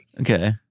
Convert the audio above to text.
Okay